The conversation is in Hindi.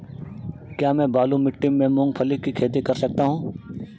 क्या मैं बालू मिट्टी में मूंगफली की खेती कर सकता हूँ?